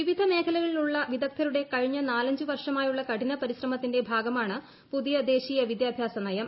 വിവിധ മേഖലകളിലൂള്ള് പ്പിദ്ഗ്ധരുടെ കഴിഞ്ഞ നാലഞ്ചു വർഷമായുള്ള കഠിന പരിശ്രമത്തിന്റെ ഭാഗമാണ് പുതിയ ദേശീയ വിദ്യാഭ്യാസ നയം